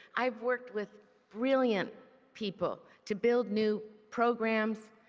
i worked with brilliant people to build new programs,